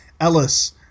Ellis